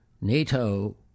NATO